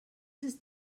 ist